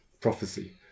Prophecy